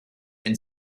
and